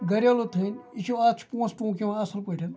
گریلوٗ تھٔنۍ یہِ چھِ اَتھ چھِ پونٛسہٕ ٹونٛک یِوان اَصٕل پٲٹھۍ